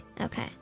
Okay